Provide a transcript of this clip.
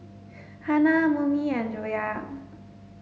Hana Murni and Joyah